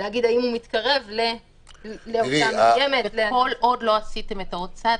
ולהגיד האם הוא מתקרב --- כל עוד לא עשיתם עוד צעד,